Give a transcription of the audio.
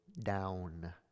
down